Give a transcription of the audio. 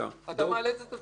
אתה מאלץ את עצמך,